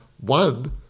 one